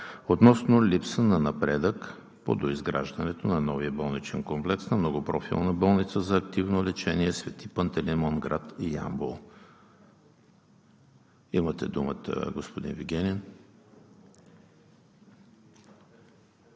относно липса на напредък по доизграждането на новия болничен комплекс на Многопрофилна болница за активно лечение „Свети Пантелеймон“ – град Ямбол. Имате думата, господин Вигенин.